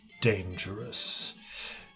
dangerous